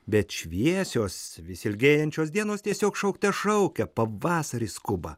bet šviesios vis ilgėjančios dienos tiesiog šaukte šaukia pavasaris skuba